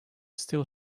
still